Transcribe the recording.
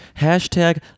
Hashtag